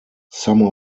some